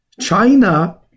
China